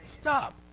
Stop